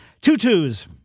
Tutus